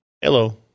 Hello